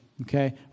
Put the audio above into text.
okay